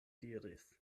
diris